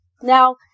Now